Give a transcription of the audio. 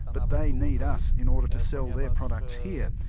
but they need us in order to sell their products here.